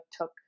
took